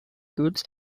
goods